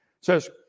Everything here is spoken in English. says